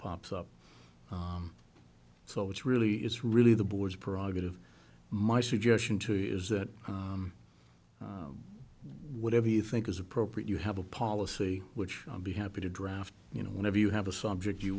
pops up so it's really is really the board's prerogative my suggestion to you is that whatever you think is appropriate you have a policy which i'll be happy to draft you know whenever you have a subject you